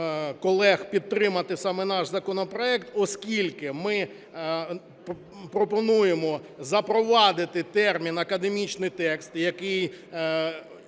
колег підтримати саме наш законопроект, оскільки ми пропонуємо запровадити термін "академічний текст", який